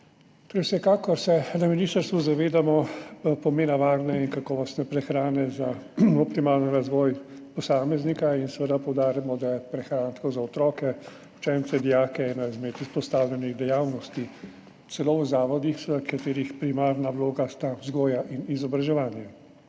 Vsekakor se na ministrstvu zavedamo pomena varne in kakovostne prehrane za optimalen razvoj posameznika in seveda poudarjamo, da je prehrana za otroke, učence, dijake ena izmed izpostavljenih dejavnosti, celo v zavodih, v katerih sta primarni vlogi vzgoja in izobraževanje.